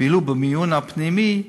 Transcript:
ואילו במיון פנימי,